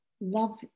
Love